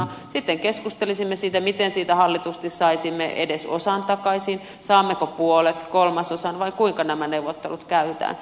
sitten keskustelisimme siitä miten siitä hallitusti saisimme edes osan takaisin saammeko puolet kolmasosan vai kuinka nämä neuvottelut käydään